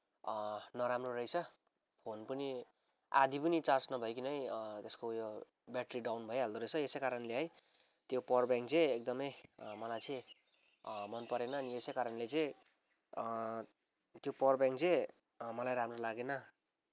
नराम्रो रहेछ फोन पनि आधी पनि चार्ज नभइकिनै त्यसको उयो ब्याट्री डाउन भइहाल्दो रहेछ यसै कारणले है त्यो पावर ब्याङ्क चाहिँ एकदमै मलाई चाहिँ मनपरेन अनि यसै कारणले चाहिँ त्यो पावर ब्याङ्क चाहिँ मलाई राम्रो लागेन